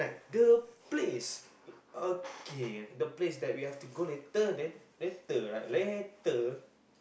the place okay the place that we have to go later later right later